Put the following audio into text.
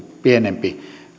pienempi